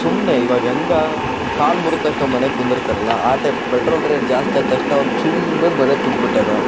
ಸುಮ್ಮನೆ ಇವಾಗ ಹೆಂಗಾ ಕಾಲು ಮುರಿದ ತಕ್ಷಣ ಮನೆಗೆ ಕುಂದುರ್ತಾರಲ್ವ ಆ ಟೈಪ್ ಪೆಟ್ರೋಲ್ ರೇಟ್ ಜಾಸ್ತಿ ಆದ ತಕ್ಷಣ ಅವ್ನು ಸುಮ್ಮನೆ ಮನೆಗೆ ಕುಂತು ಬಿಟ್ಟಾನ